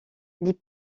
les